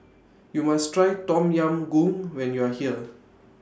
YOU must Try Tom Yam Goong when YOU Are here